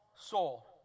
soul